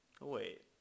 Wait